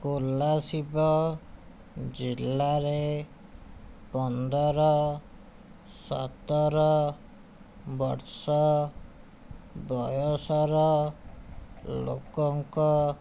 କୋଲାଶିବ ଜିଲ୍ଲାରେ ପନ୍ଦର ସତର ବର୍ଷ ବୟସର ଲୋକଙ୍କ